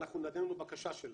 ואנחנו נענינו לבקשה שלהם,